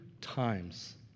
times